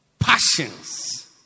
passions